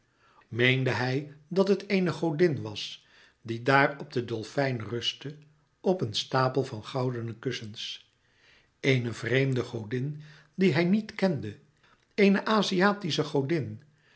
meende hij dat het eene godin was die daar op de dolfijn rustte op een stapel van goudene kussens eene vreemde godin die hij niet kende eene aziatische godin